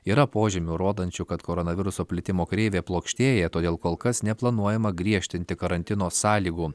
yra požymių rodančių kad koronaviruso plitimo kreivė plokštėja todėl kol kas neplanuojama griežtinti karantino sąlygų